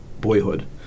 boyhood